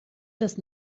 das